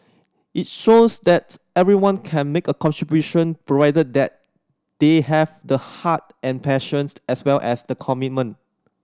it shows that everyone can make a contribution provided that they have the heart and passion as well as the commitment